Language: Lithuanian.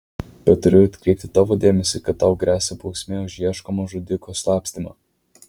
bet turiu atkreipti tavo dėmesį kad tau gresia bausmė už ieškomo žudiko slapstymą